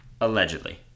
Allegedly